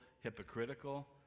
hypocritical